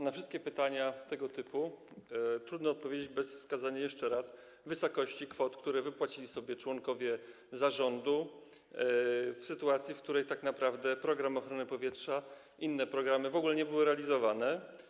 Na wszystkie pytania tego typu trudno odpowiedzieć bez wskazania jeszcze raz wysokości kwot, które wypłacili sobie członkowie zarządu w sytuacji, w której tak naprawdę program ochrony powietrza i inne programy w ogóle nie były realizowane.